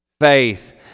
Faith